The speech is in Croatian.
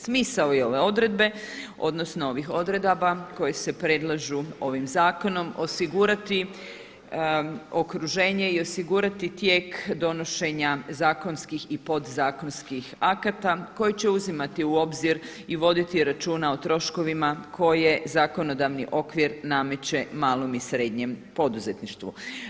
Smisao je ove odredbe odnosno ovih odredaba koje se predlažu ovim zakonom osigurati okruženje i osigurati tijek donošenja zakonskih i podzakonskih akata koji će uzimat i u obzir i voditi računa o troškovima koje zakonodavni okvir nameće malom i srednjem poduzetništvu.